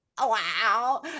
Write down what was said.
wow